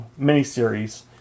miniseries